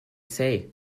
say